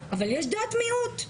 אבל יש דעת מיעוט,